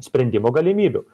sprendimo galimybių